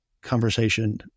conversation